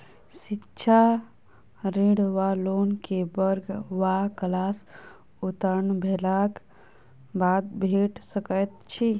शिक्षा ऋण वा लोन केँ वर्ग वा क्लास उत्तीर्ण भेलाक बाद भेट सकैत छी?